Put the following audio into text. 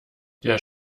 der